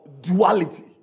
duality